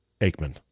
Aikman